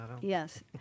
Yes